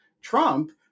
Trump